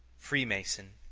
freemasons,